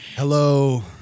Hello